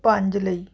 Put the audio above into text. ਪੰਜ ਲਈ